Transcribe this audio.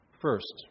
First